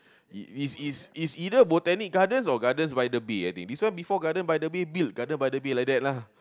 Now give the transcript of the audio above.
is is is either Botanic Gardens or gardens-by-the-bay this one before garden-by-the-bay built garden-by-the-bay like that lah